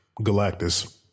Galactus